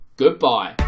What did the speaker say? Goodbye